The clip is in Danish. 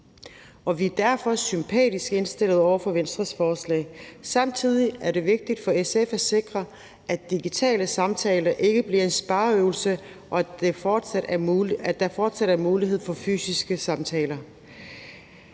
vi er derfor sympatisk indstillede over for Venstres forslag. Samtidig er det vigtigt for SF at sikre, at digitale samtaler ikke bliver en spareøvelse, og at der fortsat er mulighed for fysiske samtaler.